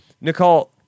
Nicole